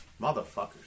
Motherfuckers